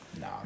No